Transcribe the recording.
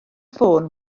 ffôn